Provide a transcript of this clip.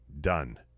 Done